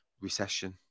Recession